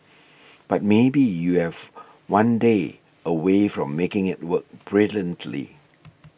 but maybe you have one day away from making it work brilliantly